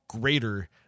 greater